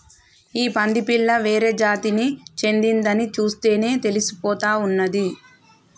ఈ పంది పిల్ల వేరే జాతికి చెందిందని చూస్తేనే తెలిసిపోతా ఉన్నాది